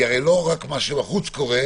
כי הרי לא רק מה שבחוץ קורה,